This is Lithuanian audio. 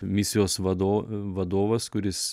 misijos vado vadovas kuris